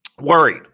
worried